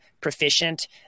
proficient